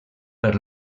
per